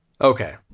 Okay